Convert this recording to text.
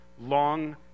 long